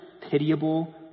pitiable